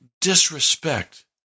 disrespect